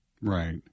Right